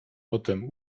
potem